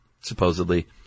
supposedly